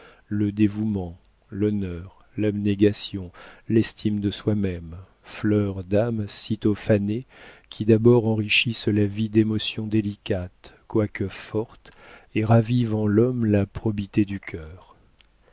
le dévouement l'honneur l'abnégation l'estime de soi-même fleurs d'âme sitôt fanées qui d'abord enrichissent la vie d'émotions délicates quoique fortes et ravivent en l'homme la probité du cœur